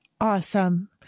Awesome